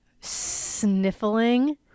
sniffling